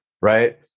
right